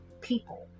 people